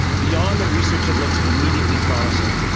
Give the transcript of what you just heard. beyond the research that looks immediately promising.